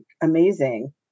amazing